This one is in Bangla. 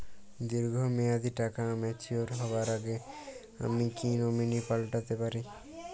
দীর্ঘ মেয়াদি টাকা ম্যাচিউর হবার আগে আমি কি নমিনি পাল্টা তে পারি?